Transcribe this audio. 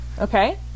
Okay